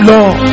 Lord